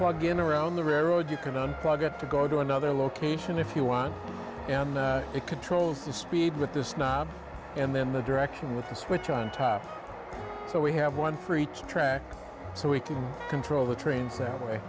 plugin around the railroad you can unplug it to go to another location if you want it controls the speed with this knob and then the direction with a switch on top so we have one for each track so we can control the trains that way